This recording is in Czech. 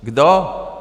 Kdo?